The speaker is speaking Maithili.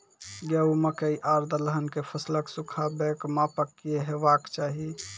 गेहूँ, मकई आर दलहन के फसलक सुखाबैक मापक की हेवाक चाही?